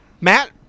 Matt